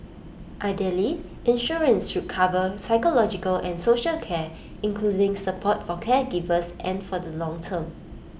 ideally insurance should also cover psychological and social care including support for caregivers and for the long term